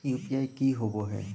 UPI की होवे हय?